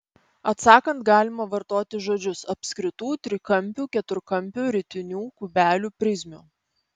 atsakant galima vartoti žodžius apskritų trikampių keturkampių ritinių kubelių prizmių